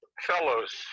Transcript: fellows